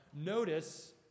notice